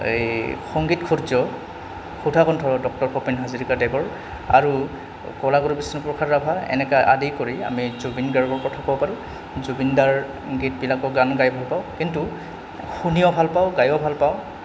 এই সংগীত সূৰ্য সুধাকণ্ঠ ডক্টৰ ভূপেন হাজৰিকা দেৱৰ আৰু কলাগুৰু বিষ্ণুপ্ৰসাদ ৰাভা এনেকা আদি কৰি আমি জুবিন গাৰ্গৰ কথা ক'ব পাৰোঁ জুবিন দাৰ গীতবিলাকো গান গাই ভাল পাওঁ কিন্তু শুনিও ভাল পাওঁ গায়ো ভাল পাওঁ